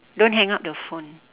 don't hang up the phone